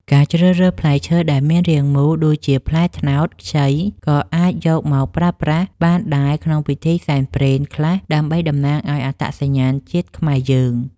ការជ្រើសរើសផ្លែឈើដែលមានរាងមូលដូចជាផ្លែត្នោតខ្ចីក៏អាចយកមកប្រើប្រាស់បានដែរក្នុងពិធីសែនព្រេនខ្លះដើម្បីតំណាងឱ្យអត្តសញ្ញាណជាតិខ្មែរយើង។